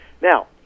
Now